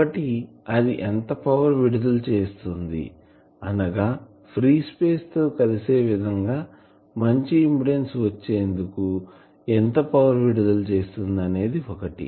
ఒకటి అది ఎంత పవర్ విడుదల చేస్తుంది అనగా ఫ్రీ స్పేస్ తో కలిసే విధంగా మంచి ఇంపిడెన్సు వచ్చేందుకు ఎంత పవర్ విడుదల చేస్తుంది అనేది ఒకటి